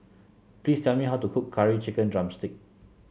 please tell me how to cook Curry Chicken drumstick